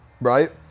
right